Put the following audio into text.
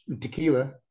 tequila